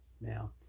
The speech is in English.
Now